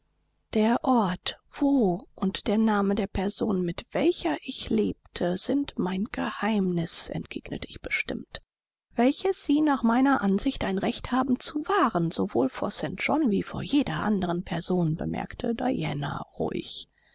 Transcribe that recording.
der ort wo und der name der person mit welcher ich lebte sind mein geheimnis entgegnete ich bestimmt welches sie nach meiner ansicht ein recht haben zu wahren sowohl vor st john wie vor jeder anderen person bemerkte diana ruhig